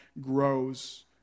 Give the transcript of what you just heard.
grows